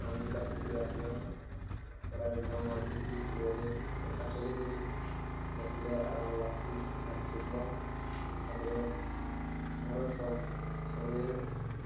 କାମ୍ ଗୁଦା କରିକରି ଆସିଲେ ଖରାରେ ଝାଉଁ ମାଲଥିସି ଟିକଧି ପଙ୍ଖା ଚଲିକରି ବସିଲେ ଆରାମ ଲାଗ୍ସି ଝାଲ୍ ଶୁଖବା ତାପରେ ଘରର୍ ସବ ସଭିଏଁ